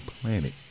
planet